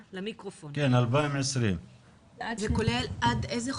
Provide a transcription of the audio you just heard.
כן, 2020. זה כולל עד איזה חודש?